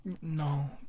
no